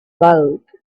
bulk